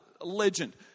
legend